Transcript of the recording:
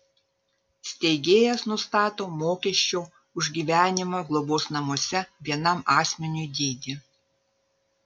steigėjas nustato mokesčio už gyvenimą globos namuose vienam asmeniui dydį